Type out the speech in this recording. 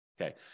Okay